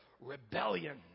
rebellion